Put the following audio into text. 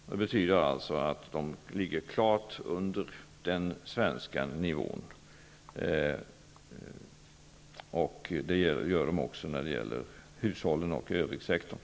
Detta betyder alltså att man i Danmark ligger klart under den svenska nivån. Detsamma gäller beträffande hushållen och övriga sektorn.